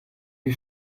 die